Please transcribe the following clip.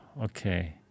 okay